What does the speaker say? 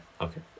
okay